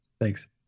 Thanks